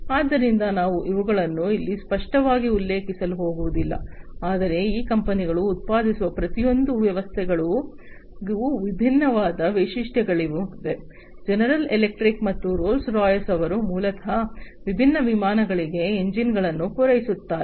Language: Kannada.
ಆದ್ದರಿಂದ ನಾನು ಅವುಗಳನ್ನು ಇಲ್ಲಿ ಸ್ಪಷ್ಟವಾಗಿ ಉಲ್ಲೇಖಿಸಲು ಹೋಗುವುದಿಲ್ಲ ಆದರೆ ಈ ಕಂಪನಿಗಳು ಉತ್ಪಾದಿಸುವ ಪ್ರತಿಯೊಂದು ವ್ಯವಸ್ಥೆಗಳಿಗೂ ವಿಭಿನ್ನವಾದ ವೈಶಿಷ್ಟ್ಯಗಳಿವೆ ಜನರಲ್ ಎಲೆಕ್ಟ್ರಿಕ್ ಮತ್ತು ರೋಲ್ಸ್ ರಾಯ್ಸ್ ಅವರು ಮೂಲತಃ ವಿಭಿನ್ನ ವಿಮಾನಗಳಿಗೆ ಎಂಜಿನ್ಗಳನ್ನು ಪೂರೈಸುತ್ತಾರೆ